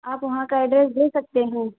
آپ وہاں کا ایڈریس دے سکتے ہیں